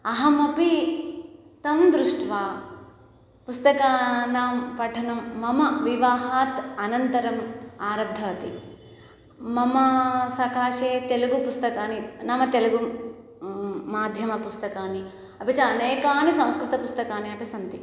अहमपि तं दृष्ट्वा पुस्तकानां पठनं मम विवाहात् अनन्तरम् आरब्धवती मम सकाशे तेलुगुः पुस्तकानि नाम तेलुगुः माध्यमपुस्तकानि अपि च अनेकानि संस्कृतपुस्तकानि अपि सन्ति